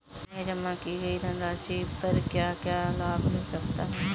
हमें जमा की गई धनराशि पर क्या क्या लाभ मिल सकता है?